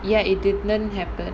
ya it didn't happen